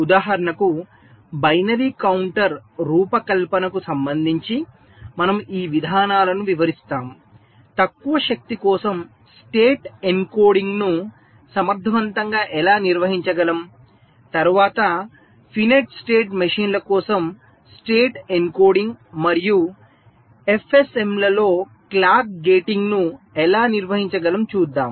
ఉదాహరణకు binary counter రూపకల్పనకు సంబంధించి మనము ఈ విధానాలను వివరిస్తాము తక్కువ శక్తి కోసం స్టేట్ ఎన్కోడింగ్ను సమర్థవంతంగా ఎలా నిర్వహించగలం తరువాత ఫినెట్ స్టేట్ మెషీన్ల కోసం స్టేట్ ఎన్కోడింగ్ మరియు ఎఫ్ఎస్ఎమ్లలో క్లాక్ గేటింగ్ను ఎలా నిర్వహించగలం చూద్దాం